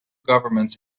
governments